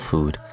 Food